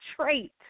trait